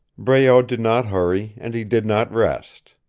breault did not hurry, and he did not rest.